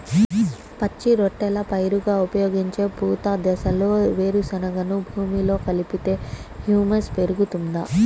పచ్చి రొట్టెల పైరుగా ఉపయోగించే పూత దశలో వేరుశెనగను భూమిలో కలిపితే హ్యూమస్ పెరుగుతుందా?